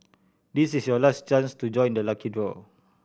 this is your last chance to join the lucky draw